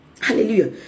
Hallelujah